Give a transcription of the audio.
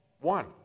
One